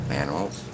animals